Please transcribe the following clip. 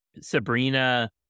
sabrina